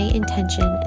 intention